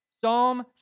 Psalm